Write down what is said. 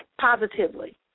positively